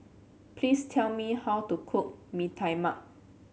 please tell me how to cook Bee Tai Mak